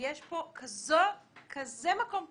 שיש פה כזה מקום פרוץ,